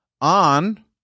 on